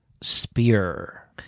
Spear